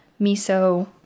miso